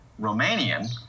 Romanian